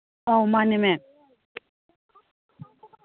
ꯑꯥꯎ ꯃꯥꯟꯅꯦ ꯃꯦꯝ